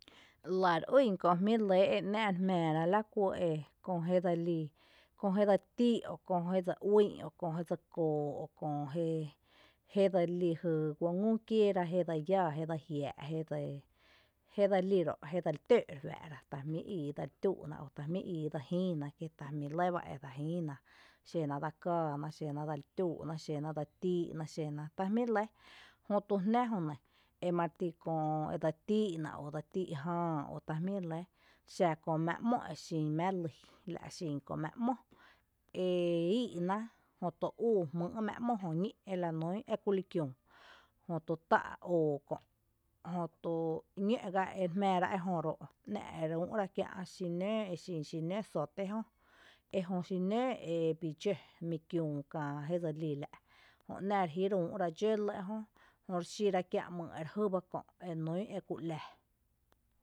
Lⱥ re ýn kö’ jmíi’ re lɇ e náa’ re jmⱥⱥ ra la kú köö jé dseli köö jédse tíí’ o köö jé uïí’n o köö jédsi kóoo o köö jé jedselí köö guú ngü kiéera ⱥⱥdse íⱥⱥ jé dse jiⱥⱥ’ jé dse jédse lí ro’ jé dseli tǿǿó’ re juⱥⱥ’ ra ta jmíi’ íí dseli tüu’ ná ta jmí’ íí dse jïïná kí ta jmí’ lɇ ba edse jïíná xena dse káána, xena dseli tüú’ ná, xena dse tíí’ná xenata jmíi’ re lɇ jötu jná jönɇ emare ti köö edse tíi’na o dse tíí’ j ⱥⱥ o ta jmí’ re lɇ, xa köö mⱥⱥ ´mó exin mⱥⱥ lý la´xin köö mⱥⱥ ´mó ee íi’ná jötu úú jmý’ mⱥⱥ ´mó jö ñí’ elanún kí kuli kiüü jötu tá’ oo kö’ jötu ñǿǿ’ ga ere jmⱥⱥra ejö ro’ ‘ná’ ere úu’ra kiä’ xinǿǿ exin xinǿǿ zóoté jö, ejö xinǿǿ ebii dxǿ mi kiüü käá jé dselí la’ jö ‘ná’ rejïre úu’rá dxǿ lɇ jö, jö rexíra kiä’ ‘mýy’ ere jý ba kö’ enún eku ‘laa.